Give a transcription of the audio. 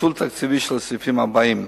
ניצול תקציבי של הסעיפים הבאים: